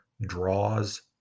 draws